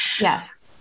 Yes